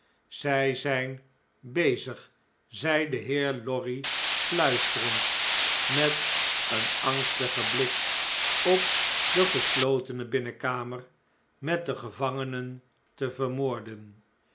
zij zijn bezig zei de heer lorry fluisterend de slijpsteen met een angstigen blik op de geslotene binnenkamer met de gevangenen te vermoorden